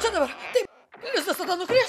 čia dabar tai viskas tada nukris